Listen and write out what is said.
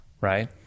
Right